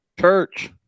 Church